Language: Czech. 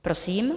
Prosím.